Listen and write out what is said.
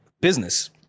business